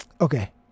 Okay